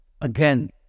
Again